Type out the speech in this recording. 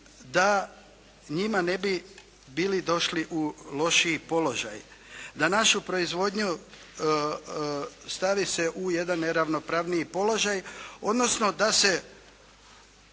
da njima ne bi bili došli u lošiji položaj, da našu proizvodnju stavi se u jedan neravnopravniji položaj, odnosno da se